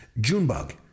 Junebug